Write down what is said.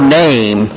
name